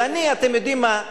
כי אתם יודעים מה,